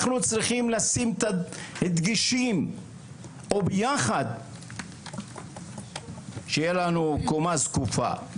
אנחנו צריכים לשים דגשים ביחד שיהיה לנו קומה זקופה,